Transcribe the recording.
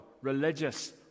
religious